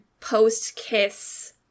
post-kiss